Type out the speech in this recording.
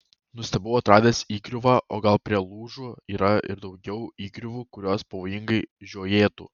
nustebau atradęs įgriuvą o gal prie lūžų yra ir daugiau įgriuvų kurios pavojingai žiojėtų